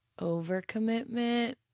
overcommitment